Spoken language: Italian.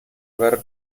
aver